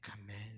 command